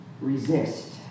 Resist